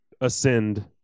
ascend